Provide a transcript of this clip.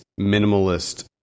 minimalist